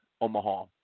Omaha